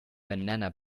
banana